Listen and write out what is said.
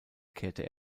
kehrte